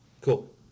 Cool